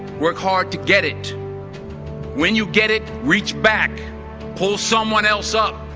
work hard to get it when you get it reach back pull someone else up